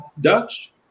Dutch